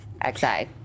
X-I